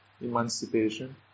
emancipation